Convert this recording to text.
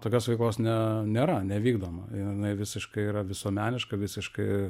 tokios veikos ne nėra nevykdoma ir jinai visiškai yra visuomeniška visiškai